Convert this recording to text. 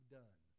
done